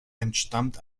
entstammt